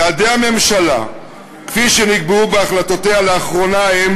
יעדי הממשלה כפי שנקבעו בהחלטותיה לאחרונה הם